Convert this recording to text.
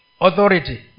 authority